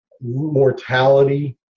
mortality